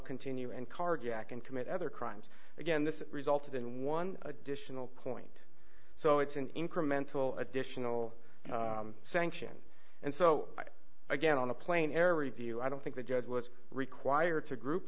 continue and carjack and commit other crimes again this resulted in one additional point so it's an incremental additional sanction and so again on a plane air review i don't think the judge was required to group